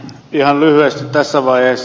ihan lyhyesti tässä vaiheessa